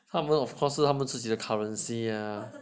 他们 of course 是他们自己的 currency ah